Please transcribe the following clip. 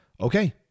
okay